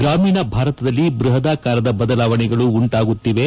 ಗ್ರಾಮೀಣ ಭಾರತದಲ್ಲಿ ಬ್ಬಹದಾಕಾರದ ಬದಲಾವಣೆಗಳು ಉಂಟಾಗುತ್ತಿವೆ